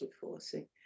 forcing